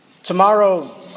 Tomorrow